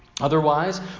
Otherwise